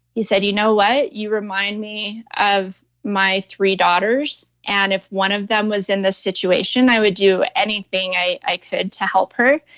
said you know what? you remind me of my three daughters and if one of them was in this situation, i would do anything i i could to help her.